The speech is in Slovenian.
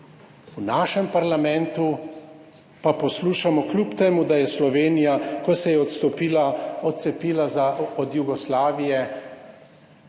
(nadaljevanje) pa poslušamo kljub temu, da je Slovenija, ko se je odstopila, odcepila za, od Jugoslavije,